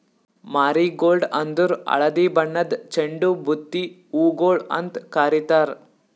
marigold ಅಂದುರ್ ಹಳದಿ ಬಣ್ಣದ್ ಚಂಡು ಬುತ್ತಿ ಹೂಗೊಳ್ ಅಂತ್ ಕಾರಿತಾರ್